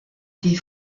des